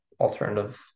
alternative